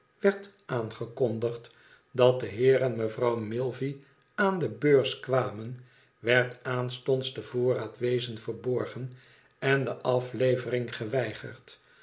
werd aangekondigd dat de heer en mevrouw milvey aan de beurs kwamen werd aanstonds de voorraad weezen verborgen en de aflevering geweigerd